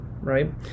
right